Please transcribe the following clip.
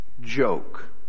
joke